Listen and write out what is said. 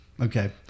Okay